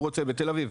הוא רוצה בתל אביב.